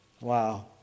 Wow